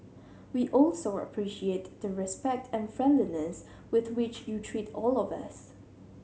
we also appreciate the respect and friendliness with which you treat all of us